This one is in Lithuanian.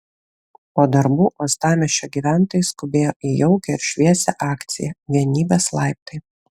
po darbų uostamiesčio gyventojai skubėjo į jaukią ir šviesią akciją vienybės laiptai